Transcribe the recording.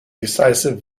decisive